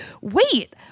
Wait